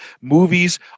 Movies